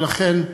ולכן,